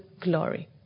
glory